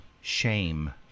Shame